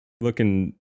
looking